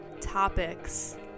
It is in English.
topics